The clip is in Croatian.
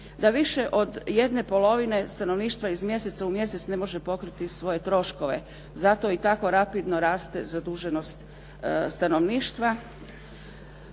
da više od 1/2 stanovništva iz mjeseca u mjesec ne može pokriti svoje troškove, zato i tako rapidno raste zaduženost stanovništva.